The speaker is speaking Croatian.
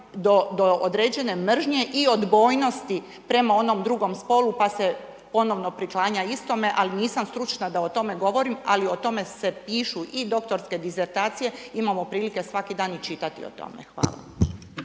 do određene mržnje i odbojnosti prema onom drugom spolu, pa se ponovno priklanja istome, ali nisam stručna da o tome govorim, ali o tome se pišu i doktorske disertacije. Imamo prilike svaki dan i čitati o tome. Hvala.